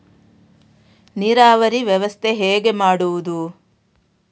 ನೀರಾವರಿ ವ್ಯವಸ್ಥೆ ಹೇಗೆ ಮಾಡುವುದು?